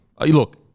Look